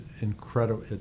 incredible